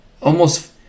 almost-